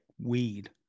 weed